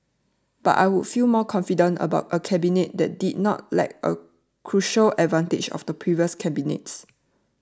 but I would feel more confident about a Cabinet that did not lack a crucial advantage of the previous cabinets